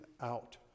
out